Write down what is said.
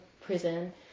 prison